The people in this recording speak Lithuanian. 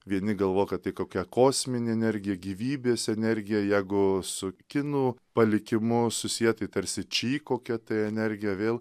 vieni galvo kad tai kokia kosminė energija gyvybės energija jeigu su kinų palikimu susietai tarsi či kokia tai energija vėl